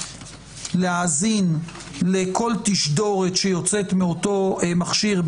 להאזין לכל תשדורות שיוצאת מאותו מכשיר,